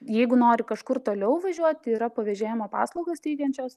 jeigu nori kažkur toliau važiuoti yra pavėžėjimo paslaugas teikiančios